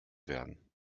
werden